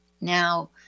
Now